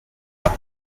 ans